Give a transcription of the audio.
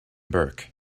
burke